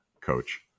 coach